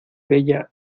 bella